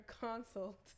consult